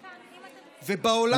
ובעולם,